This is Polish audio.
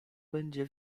będzie